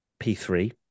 P3